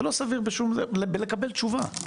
זה רק לקבל תשובה,